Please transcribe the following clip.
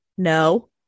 No